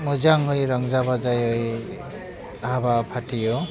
मोजाङै रंजा बाजायै हाबा फाथियो